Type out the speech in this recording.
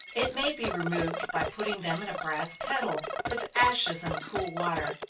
it may be removed by putting them in a brass kettle, with ashes and cool water,